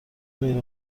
غیر